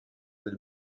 del